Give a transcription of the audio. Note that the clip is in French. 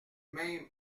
même